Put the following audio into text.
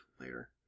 later